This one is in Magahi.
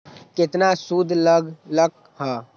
केतना सूद लग लक ह?